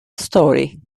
story